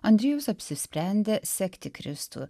andriejus apsisprendė sekti kristų